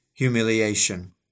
humiliation